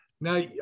now